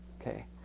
okay